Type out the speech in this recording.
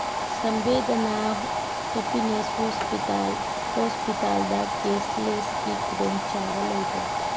ꯁꯝꯕꯦꯗꯅꯥ happiness hospital ꯍꯣꯁꯄꯤꯇꯥꯜꯗ ꯀꯦꯁꯂꯦꯁꯀꯤ ꯈꯨꯗꯣꯡꯆꯥꯕ ꯂꯩꯕ꯭ꯔꯥ